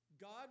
God